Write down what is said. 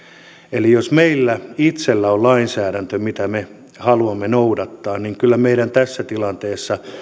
eli jos meillä itsellä on lainsäädäntö mitä me haluamme noudattaa niin kyllä meidän tässä tilanteessa